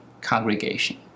congregation